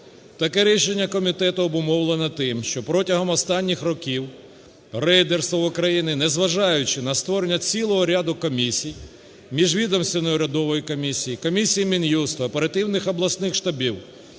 Таке рішення комітету обумовлено тим, що протягом останніх років рейдерство в Україні, незважаючи на створення цілого ряду комісій – міжвідомчої урядової комісії, комісії Мін'юсту, оперативних обласних штабів